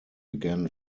began